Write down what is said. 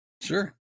Sure